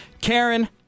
Karen